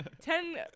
Ten